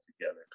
together